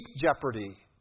jeopardy